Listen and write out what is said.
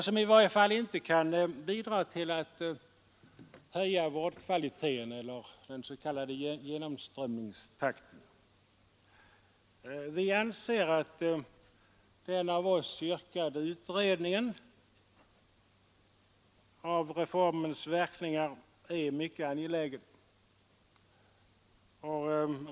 De kan i varje fall inte bidra till att höja vårdkvalitén eller den s.k. genomströmningstakten. Vi anser att den utredning av reformens verkningar, som vi yrkat på, är mycket angelägen.